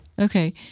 Okay